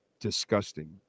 disgusting